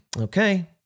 okay